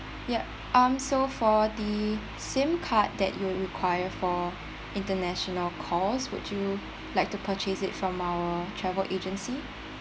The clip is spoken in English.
ya um so for the SIM card that you require for international calls would you like to purchase it from our travel agency